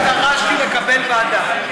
אמרתי שדרשתי לקבל ועדה.